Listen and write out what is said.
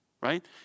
Right